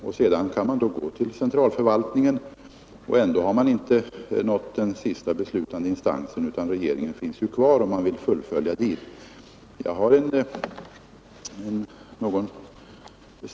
Därefter kan man gå till centralförvaltningen, och likväl har man då inte nått den sista beslutande instansen, utan möjligheten finns kvar att få ärendet prövat av regeringen.